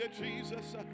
Jesus